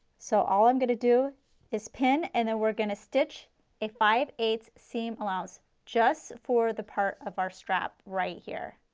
so all i am going to do is pin and then we are going to stitch a five eight ths seam allowance, just for the part of our strap right here.